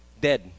Dead